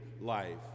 life